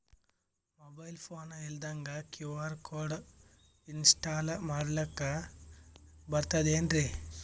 Mobile phone ಇಲ್ದಂಗ QR code install ಮಾಡ್ಲಕ ಬರ್ತದೇನ್ರಿ?